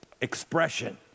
expression